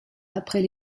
après